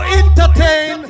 entertain